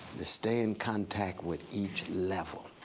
to stay in contact with each level.